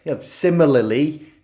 Similarly